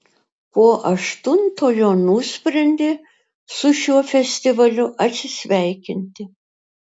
po aštuntojo nusprendė su šiuo festivaliu atsisveikinti